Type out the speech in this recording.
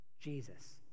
Jesus